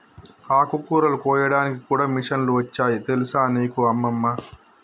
ఆకుకూరలు కోయడానికి కూడా మిషన్లు వచ్చాయి తెలుసా నీకు అమ్మమ్మ